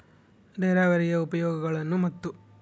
ನೇರಾವರಿಯ ಉಪಯೋಗಗಳನ್ನು ಮತ್ತು?